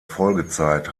folgezeit